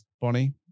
Bonnie